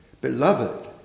Beloved